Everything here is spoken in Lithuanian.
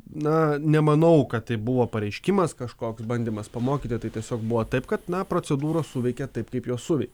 na nemanau kad tai buvo pareiškimas kažkoks bandymas pamokyti tai tiesiog buvo taip kad na procedūros suveikė taip kaip jos suveikė